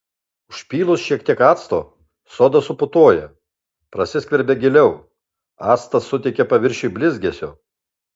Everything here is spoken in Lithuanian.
užpylus šiek tiek acto soda suputoja prasiskverbia giliau actas suteikia paviršiui blizgesio